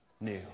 new